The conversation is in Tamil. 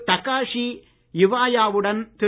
டக்காஷி இவாயா வுடன் திரு